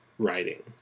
Writing